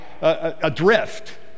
adrift